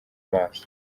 maso